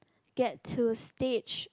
get to stage